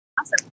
Awesome